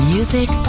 Music